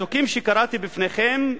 הפסוקים שקראתי בפניכם,